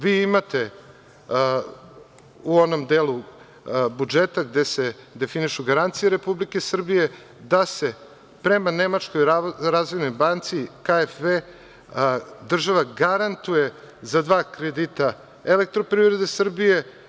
Vi imate u onom delu budžeta gde se definišu garancije Republike Srbije, da se prema Nemačkoj razvojnoj banci KFE, država garantuje za dva kredita Elektroprivrede Srbije.